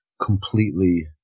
completely